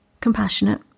compassionate